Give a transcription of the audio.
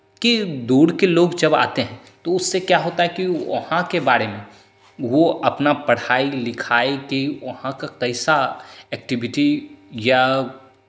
कि दूर के लोग जब आते हैं तो उससे क्या होता है कि वहाँ के बारे में वो अपना पढ़ाई लिखाई कि वहाँ का कैसा एक्टिविटी या